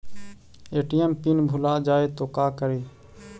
ATM PIN भुला जाए तो का करी?